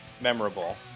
memorable